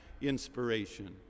inspiration